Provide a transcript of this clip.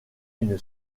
une